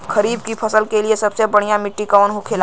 खरीफ की फसल के लिए सबसे बढ़ियां मिट्टी कवन होखेला?